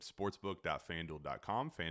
sportsbook.fanduel.com